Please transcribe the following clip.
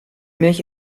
milch